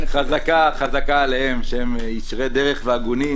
אני מניח שחברים וחברות נוספים